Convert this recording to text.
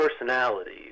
personalities